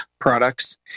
products